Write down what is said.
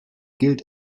gilt